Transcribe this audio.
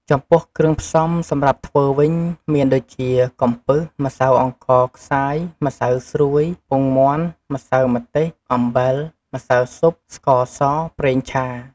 ចំំពោះគ្រឿងផ្សំសម្រាប់ធ្វើវិញ មានដូចជា កំពឹស ម្សៅអង្ករខ្សាយ ម្សៅស្រួយ ពងមាន់ ម្សៅម្ទេស អំបិល ម្សៅស៊ុប ស្ករស ប្រេងឆា ។